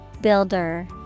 Builder